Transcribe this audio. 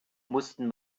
mussten